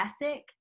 classic